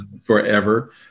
forever